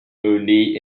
only